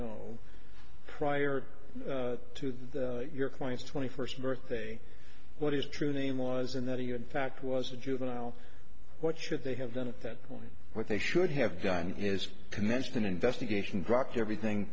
know prior to your client's twenty first birthday what is true name was and that you in fact was a juvenile what should they have done at that point what they should have done is commenced an investigation grokked everything